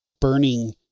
burning